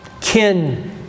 kin